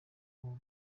ubu